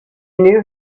knew